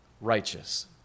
Righteous